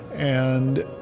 and